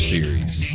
Series